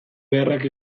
beharrak